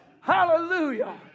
hallelujah